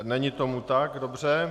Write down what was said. Není tomu tak, dobře.